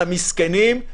המסכנים,